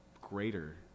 greater